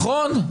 נכון.